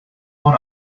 mor